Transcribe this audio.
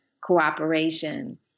cooperation